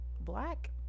Black